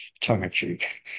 tongue-in-cheek